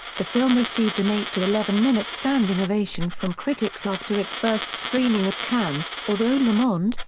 the film received an eight to eleven-minute standing ovation from critics after its first screening at cannes, although le monde,